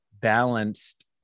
balanced